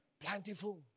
plentiful